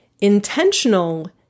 Intentional